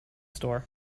store